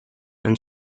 and